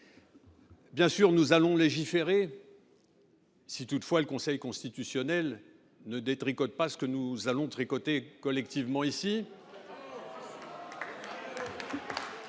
Bien sûr, nous allons légiférer, encore faut il que le Conseil constitutionnel ne détricote pas ce que nous allons voter collectivement ici…